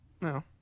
No